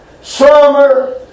summer